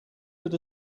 but